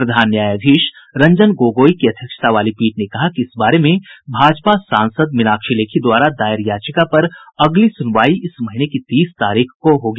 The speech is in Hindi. प्रधान न्यायाधीश रंजन गोगोई की अध्यक्षता वाली पीठ ने कहा कि इस बारे में भाजपा सांसद मीनाक्षी लेखी द्वारा दायर याचिका पर अगली सुनवाई इस महीने की तीस तारीख को होगी